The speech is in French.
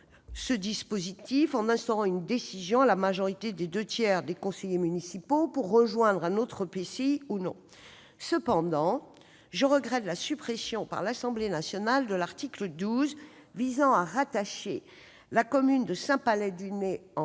ce dispositif en instaurant une décision à la majorité des deux tiers des conseillers municipaux pour choisir de rejoindre un autre EPCI ou non. Cependant, je regrette la suppression par l'Assemblée nationale de l'article 12 visant à rattacher la commune de Saint-Palais-du-Né, en